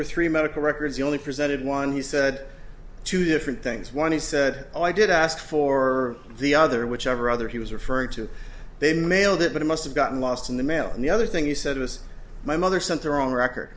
were three medical records the only presented one he said two different things one he said i did ask for the other whichever other he was referring to then mailed it but it must have gotten lost in the mail and the other thing he said was my mother center on record